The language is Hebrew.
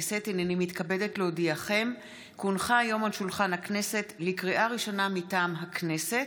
היום על שולחן הכנסת, לקריאה ראשונה, מטעם הכנסת,